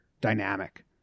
dynamic